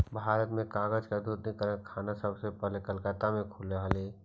भारत में कागज के आधुनिक कारखाना सबसे पहले कलकत्ता में खुलले हलइ